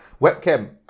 webcam